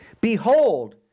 Behold